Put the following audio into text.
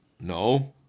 no